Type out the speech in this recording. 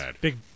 big